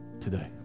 today